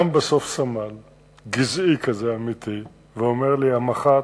קם בסוף סמל גזעי, אמיתי, ואומר לי: המח"ט,